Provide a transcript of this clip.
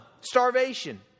Starvation